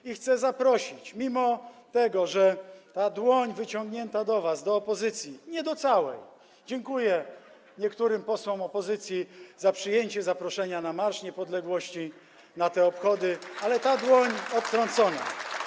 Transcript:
I chcę zaprosić, mimo że ta dłoń wyciągnięta do was, do opozycji, nie do całej - dziękuję niektórym posłom opozycji za przyjęcie zaproszenia na Marsz Niepodległości, na te obchody - ta dłoń została odtrącona.